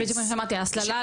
זה בדיוק מה שאמרתי, ההסללה.